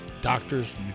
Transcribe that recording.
doctors